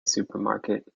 supermarket